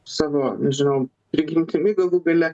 savo nežinau prigimtimi galų gale